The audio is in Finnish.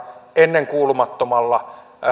ennenkuulumattomalla